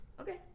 Okay